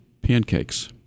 pancakes